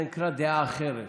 זה נקרא "דעה אחרת".